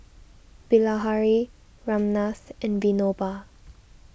Bilahari Ramnath and Vinoba